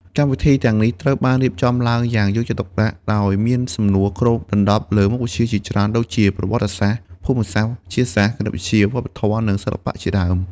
កម្មវិធីទាំងនេះត្រូវបានរៀបចំឡើងយ៉ាងយកចិត្តទុកដាក់ ដោយមានសំណួរគ្របដណ្ដប់លើមុខវិជ្ជាជាច្រើនដូចជា ប្រវត្តិសាស្ត្រ ភូមិសាស្ត្រ វិទ្យាសាស្ត្រ គណិតវិទ្យា វប្បធម៌ និងសិល្បៈជាដើម។